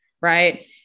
Right